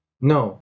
No